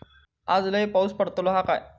आज लय पाऊस पडतलो हा काय?